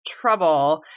trouble